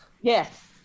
Yes